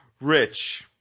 Rich